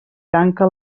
tanca